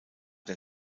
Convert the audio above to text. der